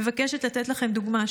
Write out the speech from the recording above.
אני מבקשת לתת לכם דוגמה.